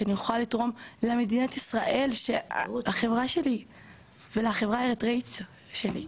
שאני אוכל לתרום למדינת ישראל שהיא החברה שלי ולחברה האריתראית שלי,